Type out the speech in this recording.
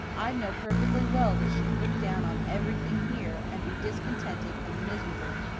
i'd know perfectly well that she'd look down on everything here, and be discontented and miserable.